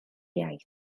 iaith